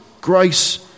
grace